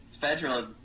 federal